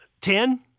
Ten